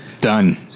done